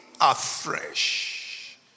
afresh